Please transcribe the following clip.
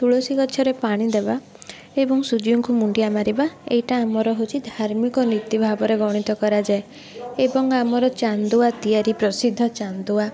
ତୁଳସୀ ଗଛରେ ପାଣି ଦେବା ଏବଂ ସୂର୍ଯ୍ୟଙ୍କୁ ମୁଣ୍ଡିଆ ମାରିବା ଏଇଟା ଆମର ହେଉଛି ଧାର୍ମିକ ନୀତି ଭାବରେ ଗଣିତ କରାଯାଏ ଏବଂ ଆମର ଚାନ୍ଦୁଆ ତିଆରି ପ୍ରସିଦ୍ଧ ଚାନ୍ଦୁଆ